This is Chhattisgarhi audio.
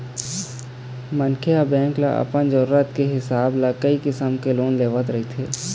मनखे ह बेंक ले अपन जरूरत के हिसाब ले कइ किसम के लोन लेवत रहिथे